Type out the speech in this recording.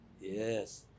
Yes